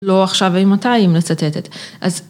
לא עכשיו אימתי היא מצטטת.